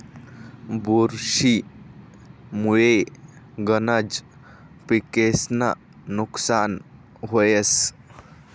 बुरशी मुये गनज पिकेस्नं नुकसान व्हस